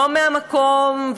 לא מהמקום,